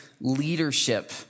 leadership